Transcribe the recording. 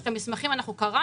כי את המסמכים אנחנו קראנו,